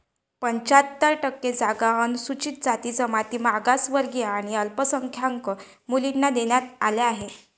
पंच्याहत्तर टक्के जागा अनुसूचित जाती, जमाती, मागासवर्गीय आणि अल्पसंख्याक मुलींना देण्यात आल्या आहेत